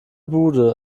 bude